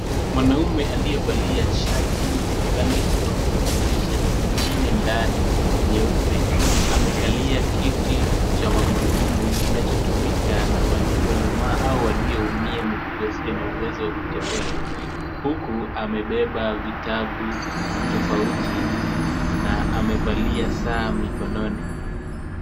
Mwanaume aliyevalia shati yenye rangi tofauti na shati nyingine ndani nyeupe. Amekalia kiti cha magurudumu kinachotumika na waliolemaa au walioumia miguu au wasio na uwezo wa kutembea. Huku amebeba vitabu tofauti na amevalia saa mikononi.